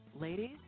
Ladies